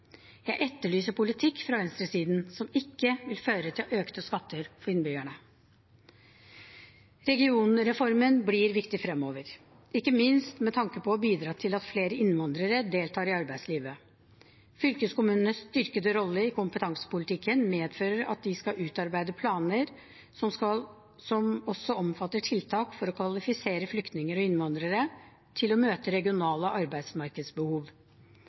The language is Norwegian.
Jeg etterlyser politikk fra venstresiden som ikke vil føre til økte skatter for innbyggerne. Regionreformen blir viktig fremover, ikke minst med tanke på å bidra til at flere innvandrere deltar i arbeidslivet. Fylkeskommunenes styrkede rolle i kompetansepolitikken medfører at de skal utarbeide planer, som også omfatter tiltak for å kvalifisere flyktninger og innvandrere til å møte regionale arbeidsmarkedsbehov.